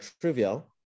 trivial